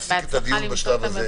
אפסיק את הדיון בשלב הזה.